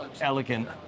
elegant